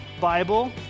Bible